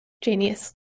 Genius